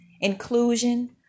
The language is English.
inclusion